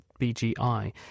BGI